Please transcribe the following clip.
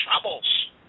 troubles